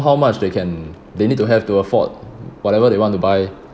how much they can they need to have to afford whatever they want to buy